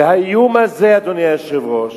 והאיום הזה, אדוני היושב-ראש,